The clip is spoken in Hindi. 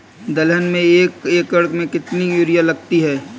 दलहन में एक एकण में कितनी यूरिया लगती है?